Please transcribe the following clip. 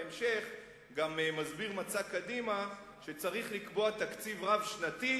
בהמשך גם מסביר מצע קדימה שצריך לקבוע תקציב רב-שנתי,